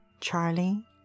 Charlie